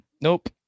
Nope